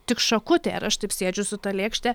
tik šakutė ir aš taip sėdžiu su ta lėkšte